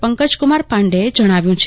પંકજકુમાર પાંડે જણાવ્યું છે